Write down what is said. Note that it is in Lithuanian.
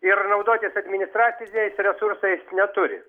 ir naudotis administraciniais resursais neturi